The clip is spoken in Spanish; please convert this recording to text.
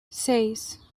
seis